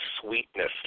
sweetness